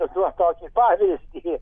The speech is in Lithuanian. tokių tokį pavyzdį